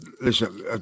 Listen